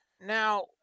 Now